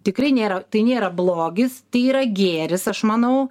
tikrai nėra tai nėra blogis tai yra gėris aš manau